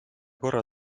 korra